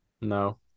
no